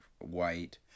white